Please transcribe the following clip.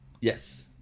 Yes